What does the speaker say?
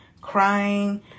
crying